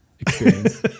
experience